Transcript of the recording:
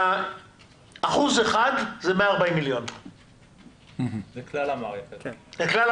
אחוז אחד זה 140 מיליון לכלל המערכת.